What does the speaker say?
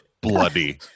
bloody